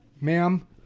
ma'am